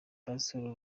pastor